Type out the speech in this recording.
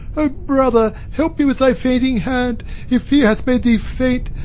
o brother, help me with thy fainting hand if fear hath made thee faint,